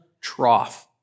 trough